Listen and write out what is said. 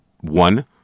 one